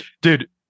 Dude